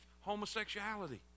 homosexuality